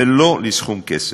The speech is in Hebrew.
ולא לסכום כסף.